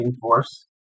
force